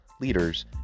leaders